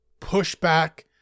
pushback